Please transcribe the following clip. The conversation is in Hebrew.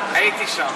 הייתי שם,